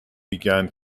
began